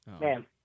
Man